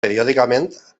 periòdicament